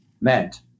meant